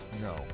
No